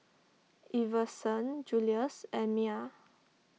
Iverson Julious and Miah